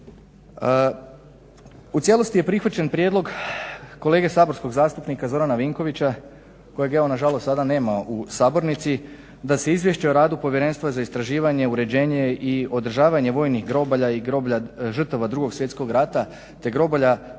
U cijelosti je prihvaćen prijedlog kolega saborskog zastupnika Zorana Vinkovića kojeg evo nažalost sada nema u sabornici da se izvješće o radu Povjerenstva za istraživanje, uređenje i održavanje vojnih groblja i groblja žrtava 2.svjetskog rata te groblja poslijeratnog